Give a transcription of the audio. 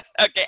Okay